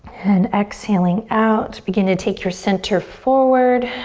and exhaling out. begin to take your center forward.